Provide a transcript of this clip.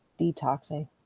detoxing